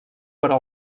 però